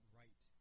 right